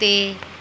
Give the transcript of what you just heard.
ਤੇ